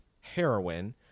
heroin